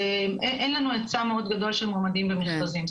ואין לנו היצע מאד גדול של מועמדים למכרזים,